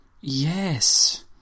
Yes